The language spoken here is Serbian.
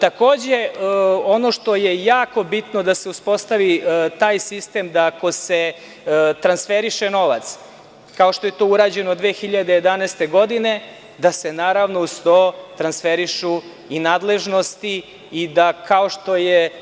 Takođe, ono što je jako bitno da se uspostavi taj sistem ako se transferiše novac, kao što je to urađeno 2011. godine, da se naravno uz to transferišu i nadležnosti i da,